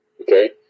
okay